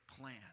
plan